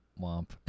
Womp